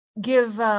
give